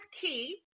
key